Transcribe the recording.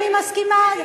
ואני מסכימה,